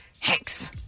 Hanks